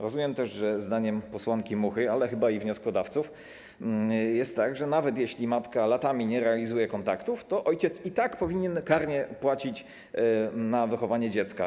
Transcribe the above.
Rozumiem też, że zdaniem posłanki Muchy, ale chyba i wnioskodawców, jest tak, że nawet jeśli matka latami nie realizuje kontaktów, to ojciec i tak powinien karnie płacić na wychowanie dziecka.